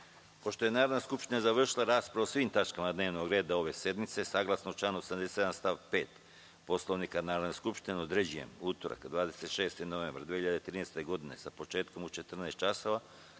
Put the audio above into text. je Narodna skupština završila raspravu o svim tačkama dnevnog reda ove sednice, saglasno članu 87. stav 5. Poslovnika Narodne skupštine, određujem utorak, 26. novembar 2013. godine sa početkom u 14,00